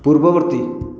ପୂର୍ବବର୍ତ୍ତୀ